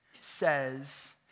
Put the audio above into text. says